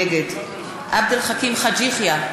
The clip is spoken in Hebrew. נגד עבד אל חכים חאג' יחיא,